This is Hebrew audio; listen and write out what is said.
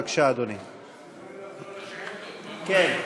בבקשה, אדוני.